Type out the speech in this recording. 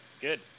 Good